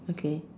okay